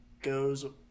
goes